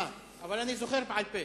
אבל אני זוכר בעל-פה.